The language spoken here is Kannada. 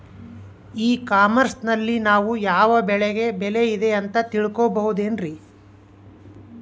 ಇ ಕಾಮರ್ಸ್ ನಲ್ಲಿ ನಾವು ಯಾವ ಬೆಳೆಗೆ ಬೆಲೆ ಇದೆ ಅಂತ ತಿಳ್ಕೋ ಬಹುದೇನ್ರಿ?